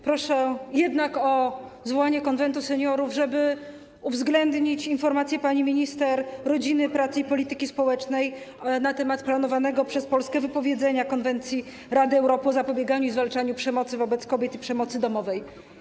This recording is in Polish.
Proszę jednak o zwołanie Konwentu Seniorów, żeby uwzględnić informację pani minister rodziny, pracy i polityki społecznej na temat planowanego przez Polskę wypowiedzenia Konwencji Rady Europy o zapobieganiu i zwalczaniu przemocy wobec kobiet i przemocy domowej.